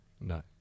No